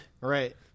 right